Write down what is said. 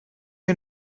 you